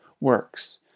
works